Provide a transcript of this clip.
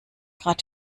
grad